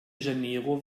janeiro